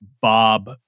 Bob